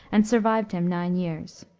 and survived him nine years.